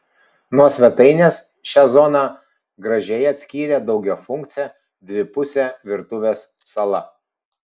nuo svetainės šią zoną gražiai atskyrė daugiafunkcė dvipusė virtuvės sala